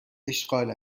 اشغال